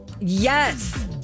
Yes